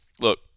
look